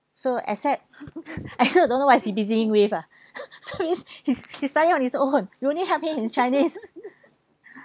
so except I still don't know what he is busying with ah so is he is he is studying on his own we only help him in chinese